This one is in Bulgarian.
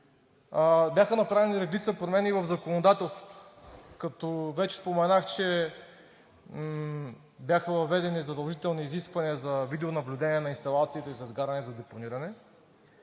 Бяха направени редица промени в законодателството. Вече споменах, че бяха въведени задължителни изисквания за видеонаблюдение на инсталациите за изгаряне и за депониране.